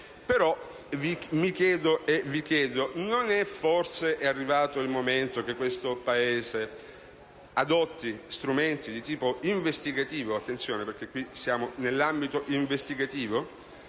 e vi chiedo: non è forse arrivato il momento che questo Paese adotti strumenti di tipo investigativo - attenzione, siamo nell'ambito investigativo